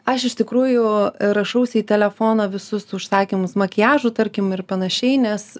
aš iš tikrųjų rašausi į telefoną visus užsakymus makiažų tarkim ir panašiai nes